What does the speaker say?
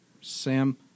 Sam